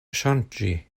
ŝanĝi